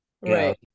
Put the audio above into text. right